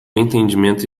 entendimento